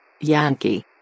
Yankee